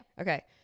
Okay